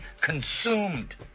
consumed